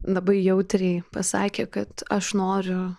labai jautriai pasakė kad aš noriu